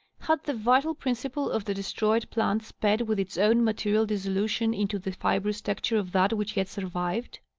had the vital principle of the de stroyed plant sped with its own material dissolution into the fibrous texture of that which yet survived?